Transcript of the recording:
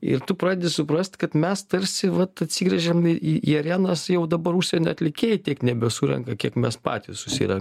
ir tu pradedi suprast kad mes tarsi vat atsigręžiam į į į arenas jau dabar užsienio atlikėjai tik nebesurenka kiek mes patys susirenkam